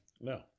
No